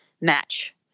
match